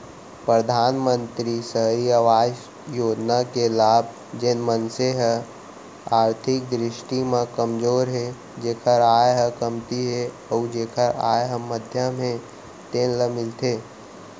परधानमंतरी सहरी अवास योजना के लाभ जेन मनसे ह आरथिक दृस्टि म कमजोर हे जेखर आय ह कमती हे अउ जेखर आय ह मध्यम हे तेन ल मिलथे